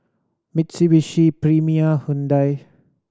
Mitsubishi Premier Hyundai